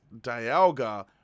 Dialga